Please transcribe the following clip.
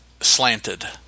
slanted